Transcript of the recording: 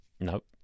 Nope